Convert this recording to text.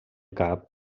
cap